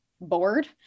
bored